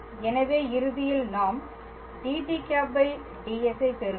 எனவே இறுதியில் நாம் dt̂ ds ஐப் பெறுவோம்